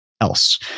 else